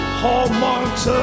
hallmarks